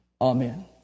Amen